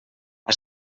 que